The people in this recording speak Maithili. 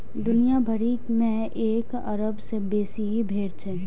दुनिया भरि मे एक अरब सं बेसी भेड़ छै